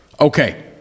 okay